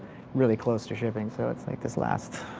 really close to shipping. so it's like this last,